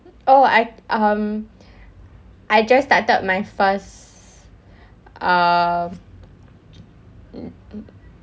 oh I um I just started my first um